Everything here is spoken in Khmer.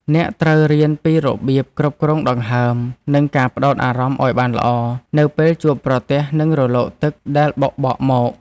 អ្នកត្រូវរៀនពីរបៀបគ្រប់គ្រងដង្ហើម និងការផ្ដោតអារម្មណ៍ឱ្យបានល្អ នៅពេលជួបប្រទះនឹងរលកទឹកដែលបោកបក់មក។